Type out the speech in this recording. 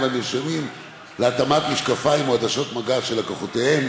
והמרשמים להתאמת משקפיים או עדשות מגע של לקוחותיהם,